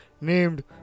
named